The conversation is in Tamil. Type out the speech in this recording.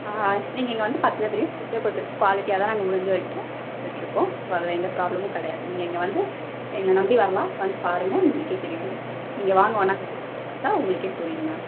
நீங்கள் இங்கே வந்து பார்த்தீங்கன்னா தெரியும் ஃபுட்டை பொறுத்த வரைக்கும் குவாலிட்டியாகதான் நாங்கள் முடிஞ்ச வரைக்கும் கொடுத்துட்டு இருக்கோம் ஸோ அதில் எந்த பிராப்ளமும் கிடையாது நீங்கள் இங்கே வந்து எங்களை நம்பி வரலாம் வந்து பாருங்கள் உங்களுக்கே தெரியும் நீங்கள் வாங்க ஒன்றாந்தேதி வந்து பார்த்தா உங்களுக்கே புரியும் மேம்